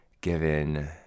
given